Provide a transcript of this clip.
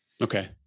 okay